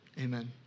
Amen